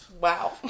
Wow